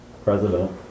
President